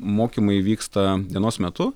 mokymai vyksta dienos metu